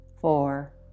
four